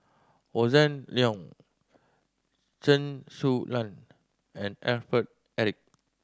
Hossan Leong Chen Su Lan and Alfred Eric